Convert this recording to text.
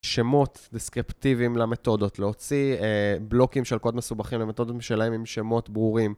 שמות דסקריפטיביים למתודות, להוציא בלוקים של קוד מסובכים למתודות משלהם עם שמות ברורים.